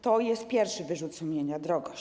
To jest pierwszy wyrzut sumienia - drogość.